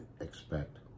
expect